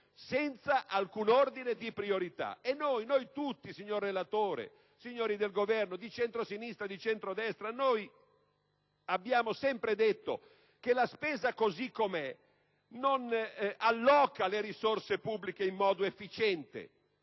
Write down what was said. senza alcun ordine di priorità. E noi tutti, signor relatore, signori del Governo, di centro-sinistra e di centro-destra, abbiamo sempre detto che la spesa, così com'è, non alloca le risorse pubbliche in modo efficiente